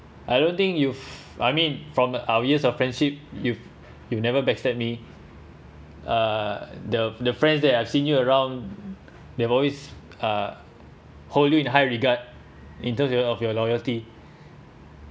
I don't think you I mean from our years of friendship you’ve you've never backstab me uh the the friends that I've seen you around they’ve always uh hold you in high regard in terms of your loyalty